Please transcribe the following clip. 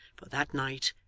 for that night,